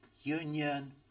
union